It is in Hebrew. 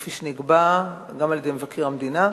כפי שנקבע גם על-ידי מבקר המדינה,